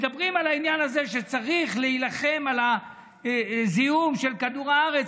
מדברים על העניין הזה שצריך להילחם על הזיהום של כדור הארץ,